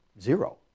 zero